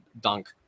dunk